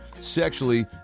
sexually